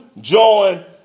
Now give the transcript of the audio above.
join